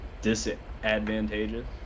disadvantageous